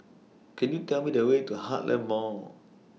Can YOU Tell Me The Way to Heartland Mall